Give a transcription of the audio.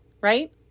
right